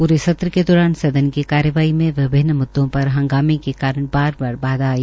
पूरे सत्र के दौरान सदन की कार्यवाही में विभन्न म्द्दों पर हंगामें के कारण बार बार बाधा आई